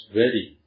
ready